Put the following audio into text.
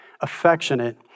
affectionate